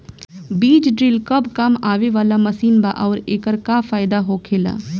बीज ड्रील कब काम आवे वाला मशीन बा आऊर एकर का फायदा होखेला?